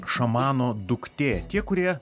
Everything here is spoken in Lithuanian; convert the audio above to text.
šamano duktė tie kurie